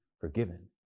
forgiven